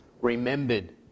remembered